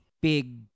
big